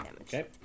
Okay